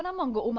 and mongo um